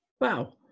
Wow